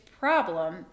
Problem